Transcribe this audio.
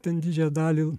ten didžiąją dalį